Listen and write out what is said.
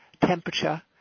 temperature